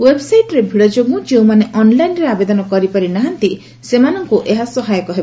ଓ୍ୱେବ୍ସାଇଟ୍ରେ ଭିଡ଼ ଯୋଗୁଁ ଯେଉଁମାନେ ଅନ୍ଲାଇନ୍ରେ ଆବେଦନ କରିପାରି ନାହାନ୍ତି ସେମାନଙ୍କୁ ଏହା ସହାୟକ ହେବ